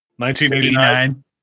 1989